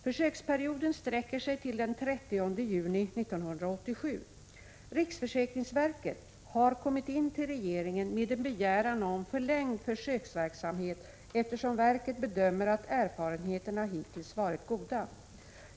Försöksperioden sträcker sig till den 30 juni 1987. Riksförsäkringsverket har kommit in till regeringen med en begäran om förlängd försöksverksamhet eftersom verket bedömer att erfarenheterna hittills varit goda.